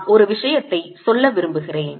நான் ஒரு விஷயத்தைச் சொல்ல விரும்புகிறேன்